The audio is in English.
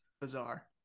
bizarre